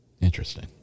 Interesting